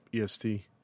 EST